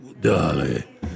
dolly